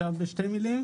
אפשר בשתי מלים?